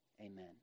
amen